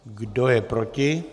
Kdo je proti?